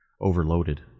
overloaded